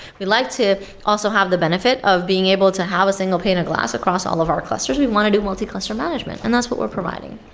we like to also have the benefit of being able to have a single pane of glass across all of our clusters. we want to do multi-cluster management, and that's what we're providing.